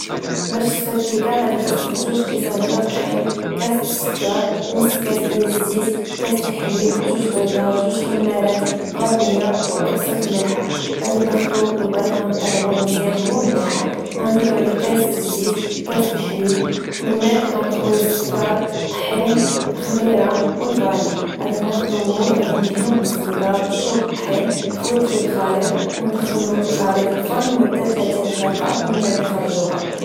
باش تصوب كيكة غدي خصك جوج كيسان ديال طحين، كاس سكر، نص كاس ديال الزيت، كاس الحليب ، جوج بيضات، جوج خمارات، ڤانيا، أو قبصة الملحة. غدي ناخدو البيض غدي نطربوه مزيان هو والملحة، غدي نزيدو عليه كاس ديال الزيت، كاس الحليب. من بعد غدي نخويو السكر، الطحين، الخميرة والڤاني. غدي ناخدو مول غادي ندهنوه بالزبدة، نرشوه بالطحين، نخويو فيه الخليط وندخلو الخليط للفرن لمدة لتلاتيتن دقيقة ومن بعد نخرجوها